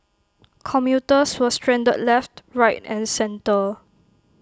commuters were stranded left right and centre